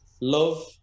love